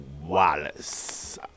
Wallace